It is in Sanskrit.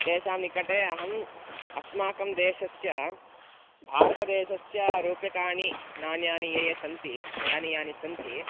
तेषां निकटे अहम् अस्माकं देशस्य भारतदेशस्य रूप्यकाणि नाणकानि यानि यानि सन्ति न यानि यानि सन्ति